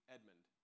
Edmund